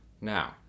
Now